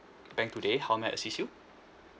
bank today how may I assist you